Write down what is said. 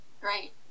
Great